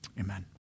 Amen